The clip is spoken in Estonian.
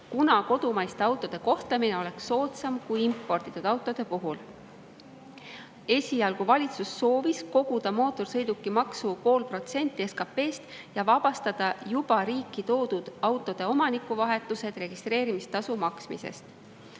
kuna kodumaiste autode kohtlemine oleks soodsam kui imporditud autode puhul. Esialgu valitsus soovis koguda mootorsõidukimaksuga pool protsenti SKP-st ja vabastada juba riiki toodud autode omanikuvahetused registreerimistasu maksmisest.